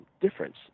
Difference